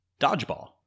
Dodgeball